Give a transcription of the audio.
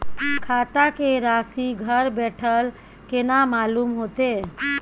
खाता के राशि घर बेठल केना मालूम होते?